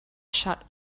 shut